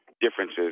differences